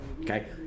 Okay